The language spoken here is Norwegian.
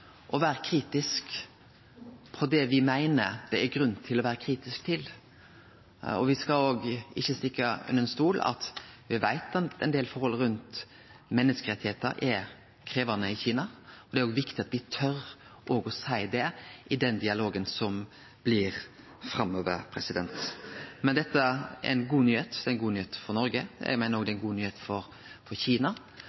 å vere kritisk til det me meiner det er grunn til å vere kritisk til. Me skal heller ikkje stikke under stol at me veit at ein del forhold knytte til menneskerettar er krevjande i Kina, og det er viktig at me tør å seie det i den dialogen som blir framover. Men dette er ei god nyheit. Det er ei god nyheit for Noreg; eg meiner òg det